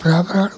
पर्यावरण